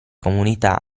comunità